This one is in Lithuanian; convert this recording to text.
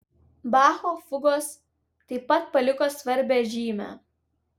bacho fugos taip pat paliko svarbią žymę